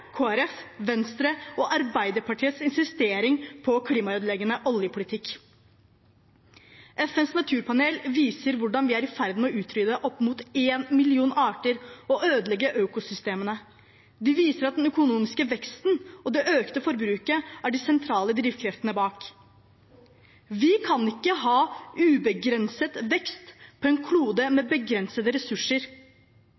Venstre og Arbeiderpartiets insistering på en klimaødeleggende oljepolitikk. FNs naturpanel viser hvordan vi er i ferd med å utrydde opp mot en million arter og ødelegge økosystemene. Det viser at den økonomiske veksten og det økte forbruket er de sentrale drivkreftene bak. Vi kan ikke ha ubegrenset vekst på en klode